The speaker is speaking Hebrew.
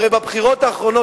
הרי בבחירות האחרונות,